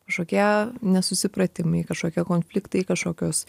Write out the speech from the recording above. kažkokie nesusipratimai kažkokie konfliktai kažkokios